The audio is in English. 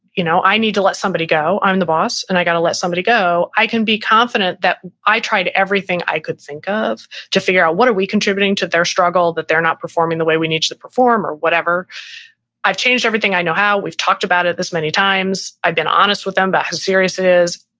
you know i need to let somebody go, i'm the boss and i got to let somebody go, i can be confident that i tried everything i could think of to figure out what are we contributing to their struggle that they're not performing the way we need you to perform or whatever i've changed everything i know how we've talked about it this many times. i've been honest with them about how serious it is.